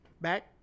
back